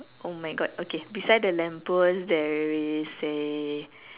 oh my God beside the lamp post there is a